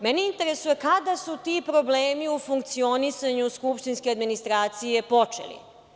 Mene interesuje kada su ti problemi u funkcionisanju skupštinske administracije počeli?